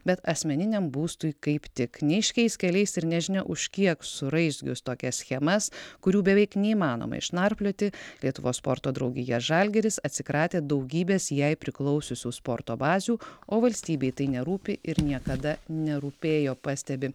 bet asmeniniam būstui kaip tik neaiškiais keliais ir nežinia už kiek suraizgius tokias schemas kurių beveik neįmanoma išnarplioti lietuvos sporto draugija žalgiris atsikratė daugybės jai priklausiusių sporto bazių o valstybei tai nerūpi ir niekada nerūpėjo pastebi